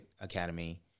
academy